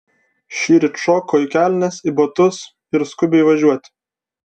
šįryt šoko į kelnes į batus ir skubiai važiuoti